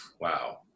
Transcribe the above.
Wow